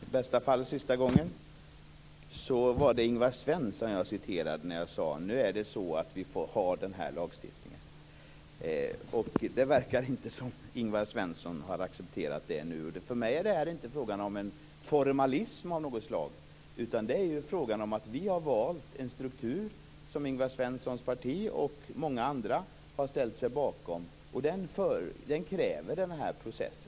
Fru talman! För i bästa fall sista gången vill jag säga att det var Ingvar Svensson jag citerade när jag sade att det är så att vi får ha denna lagstiftning. Det verkar inte som om Ingvar Svensson har accepterat det. För mig är det inte frågan om en formalism av något slag, utan det är frågan om att vi har valt en struktur som Ingvar Svenssons parti och många andra har ställt sig bakom. Den kräver denna process.